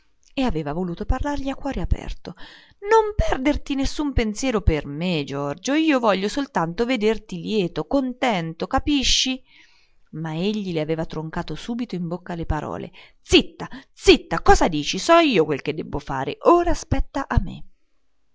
e aveva voluto parlargli a cuore aperto non prenderti nessun pensiero di me giorgio io voglio soltanto vederti lieto contento capisci ma egli le aveva troncato subito in bocca le parole zitta zitta che dici so quel che debbo fare ora spetta a me